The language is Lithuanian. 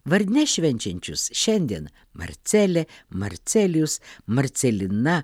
vardines švenčiančius šiandien marcelė marcelijus marcelina